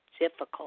difficult